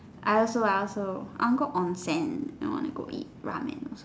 I also I also I go Onsen I want to go eat Ramen